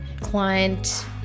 client